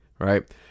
right